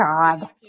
God